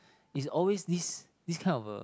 it's always this this kind of a